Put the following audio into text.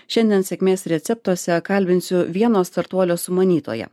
šiandien sėkmės receptuose kalbinsiu vieno startuolio sumanytoją